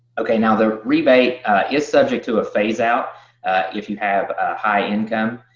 ok, now, the rebate is subject to a phase-out if you have a high income.